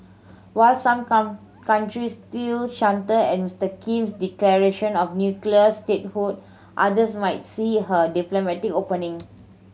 while some countries still shudder at Mister Kim's declaration of nuclear statehood others might see her diplomatic opening